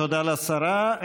תודה לשרה.